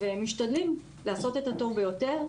ומשתדלים לעשות את הטוב ביותר.